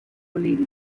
league